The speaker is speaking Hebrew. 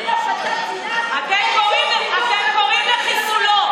בלי הפצת שנאה, אתם קוראים לחיסולו.